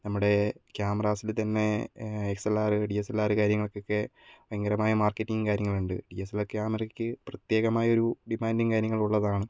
നമ്മുടെ ക്യാമറാസിൽ തന്നെ S L R D S L R കാര്യങ്ങൾക്കൊക്കെ ഭയങ്കരമായ മാർക്കറ്റിംഗ് കാര്യങ്ങളുണ്ട് ഡി എസ് എൽ ആർ ക്യാമറയ്ക്ക് പ്രത്യേകമായൊരു ഡിമാന്റും കാര്യങ്ങളും ഉള്ളതാണ്